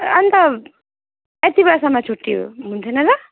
ए अन्त यत्ति बेलासम्म छुट्टी हो हुन्थेन र